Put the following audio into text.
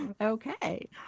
Okay